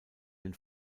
den